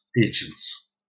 agents